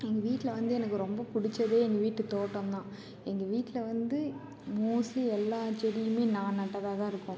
எங்கள் வீட்டில் வந்து எனக்கு ரொம்ப பிடிச்சதே எங்கள் வீட்டுத் தோட்டம் தான் எங்கள் வீட்டில் வந்து மோஸ்ட்லி எல்லா செடியுமே நான் நட்டதாக தான் இருக்கும்